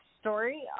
Story